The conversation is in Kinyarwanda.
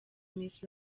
miss